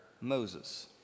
Moses